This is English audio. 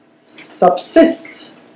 subsists